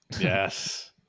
Yes